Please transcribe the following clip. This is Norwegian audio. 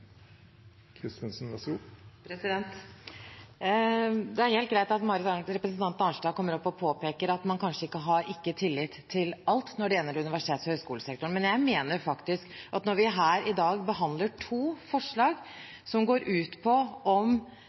helt greit at representanten Marit Arnstad kommer opp og påpeker at man kanskje ikke har tillit til alt når det gjelder universitets- og høyskolesektoren. Men jeg mener faktisk at når vi her i dag behandler to forslag som går ut på om